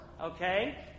okay